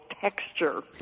texture